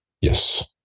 Yes